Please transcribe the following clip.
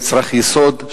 מצרך יסוד,